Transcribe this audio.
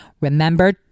remember